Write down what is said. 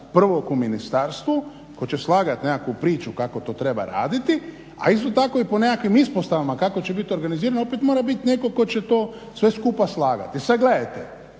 prvog u ministarstvu koji će slagati nekakvu priču kako to treba raditi, a isto tako i po nekakvim ispostavama kako će biti organizirano opet mora biti netko tko će to sve skupa slagati. Sad gledajte,